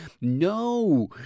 No